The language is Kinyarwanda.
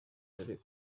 dore